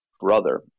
brother